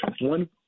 One